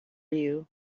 you